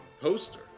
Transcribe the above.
poster